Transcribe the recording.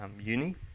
uni